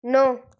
नौ